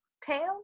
tail